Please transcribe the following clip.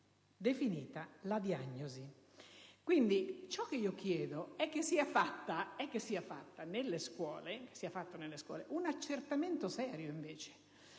definita la diagnosi. Quindi, ciò che io chiedo è che sia fatto nelle scuole un accertamento serio, invece: